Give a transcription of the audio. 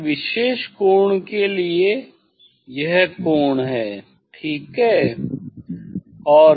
किसी विशेष कोण के लिए यह कोण है ठीक है